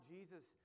Jesus